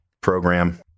program